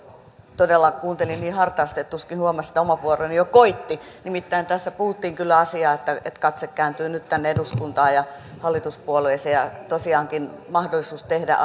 todella kuuntelin niin hartaasti että tuskin huomasin että oma vuoroni jo koitti nimittäin tässä puhuttiin kyllä asiaa että katse kääntyy nyt tänne eduskuntaan ja hallituspuolueisiin ja tosiaankin mahdollisuus tehdä